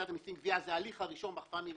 (גבייה) זה ההליך הראשון באכיפה מנהלית.